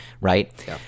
right